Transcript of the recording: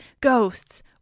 ghosts